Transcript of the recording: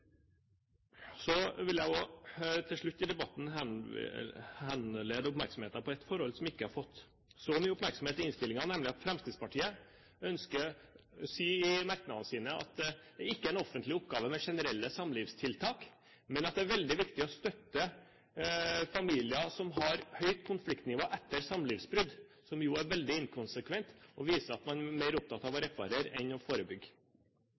Så vil jeg til slutt i debatten henlede oppmerksomheten på et forhold som ikke har fått så mye oppmerksomhet i innstillingen, nemlig at Fremskrittspartiet sier i merknadene sine at generelle samlivstiltak ikke er noen offentlig oppgave, men at det er veldig viktig å støtte familier som har et høyt konfliktnivå etter samlivsbrudd – noe som jo er veldig inkonsekvent og viser at man er mer opptatt av å reparere enn av å forebygge.